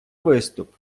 виступ